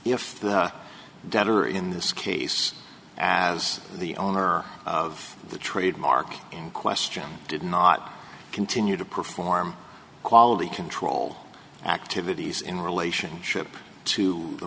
if the debtor in this case as the owner of the trademark in question did not continue to perform quality control activities in relationship to the